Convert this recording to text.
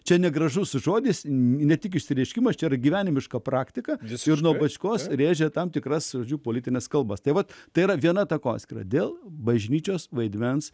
čia negražus žodis ne tik išsireiškimas čia ir gyvenimiška praktika visi ir nuo bačkos rėžia tam tikras žodžiu politines kalbas tai vat tai yra viena takoskyra dėl bažnyčios vaidmens